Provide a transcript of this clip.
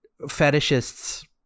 fetishists